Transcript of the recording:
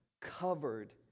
covered